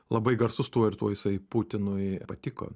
labai garsus tuo ir tuo jisai putinui patiko